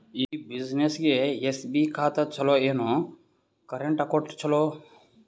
ಈ ಬ್ಯುಸಿನೆಸ್ಗೆ ಎಸ್.ಬಿ ಖಾತ ಚಲೋ ಏನು, ಕರೆಂಟ್ ಅಕೌಂಟ್ ಚಲೋ?